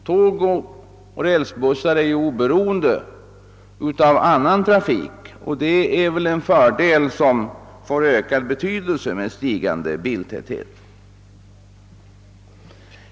Tåg och rälsbussar är ju oberoende av annan trafik, och det är väl en fördel som får ökad betydelse med stigande biltäthet.